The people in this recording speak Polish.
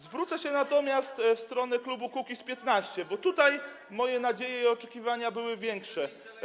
Zwrócę się natomiast w stronę klubu Kukiz’15, bo tutaj moje nadzieje i oczekiwania były większe.